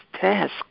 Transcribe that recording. task